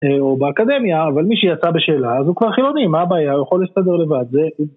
או באקדמיה, אבל מי שיצא בשאלה, אז הוא כבר חילוני, מה הבעיה, הוא יכול להסתדר לבד, זה...